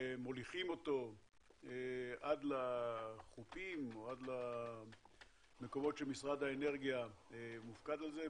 ומוליכים אותו עד לחוקים או עד למקומות שמשרד האנרגיה מופקד על זה,